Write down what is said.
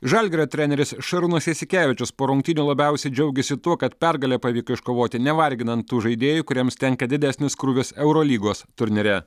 žalgirio treneris šarūnas jasikevičius po rungtynių labiausiai džiaugėsi tuo kad pergalę pavyko iškovoti nevarginant tų žaidėjų kuriems tenka didesnis krūvis eurolygos turnyre